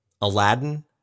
Aladdin